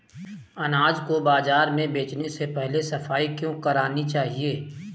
अनाज को बाजार में बेचने से पहले सफाई क्यो करानी चाहिए?